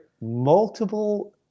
multiple